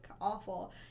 awful